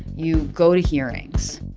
you go to hearings.